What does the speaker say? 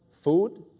food